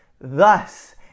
Thus